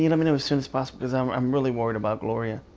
you know me know as soon as possible because i'm really worried about gloria.